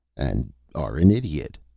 and are an idiot,